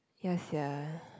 ya sia